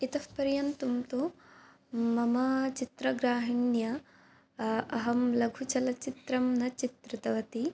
इतः पर्यन्तं तु मम चित्रग्राहिण्या अहं लघुचलचित्रं न चित्रितवती